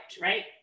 right